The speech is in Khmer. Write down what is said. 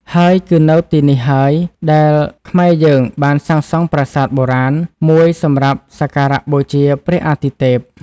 ហើយគឺនៅទីនេះហើយដែលខ្មែរយើងបានសាងសង់ប្រាសាទបូរាណ មួយសម្រាប់សក្ការៈបូជាព្រះអទិទេព។